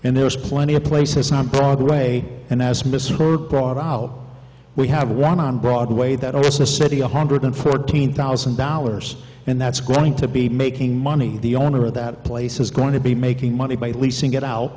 and there was plenty of places on broadway and as mr burke brought out we have one on broadway that also a city one hundred fourteen thousand dollars and that's going to be making money the owner of that place is going to be making money by leasing it out